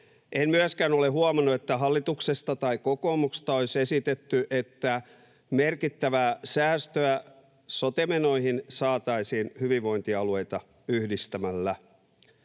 En myöskään ole huomannut, että hallituksesta tai kokoomuksesta olisi esitetty, että merkittävää säästöä sote-menoihin saataisiin hyvinvointialueita yhdistämällä.